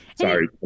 sorry